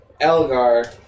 Elgar